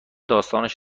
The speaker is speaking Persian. داستانش